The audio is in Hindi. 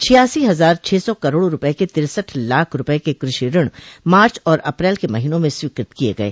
छियासी हजार छह सौ करोड़ रूपये के तिरसठ लाख रूपये के कृषि ऋण मार्च और अप्रैल के महीनों में स्वीकृत किये गये